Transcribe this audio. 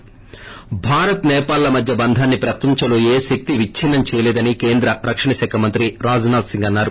ి భారత్ సేపాల్ ల మధ్య బంధాన్ని ప్రపంచంలో ఏ శక్తి విచ్చిన్నం చేయలేదని కేంద్ర రక్షణ శాఖ మంత్రి రాజ్నాథ్ సింగ్ అన్నారు